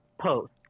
post